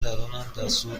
درونم، دستور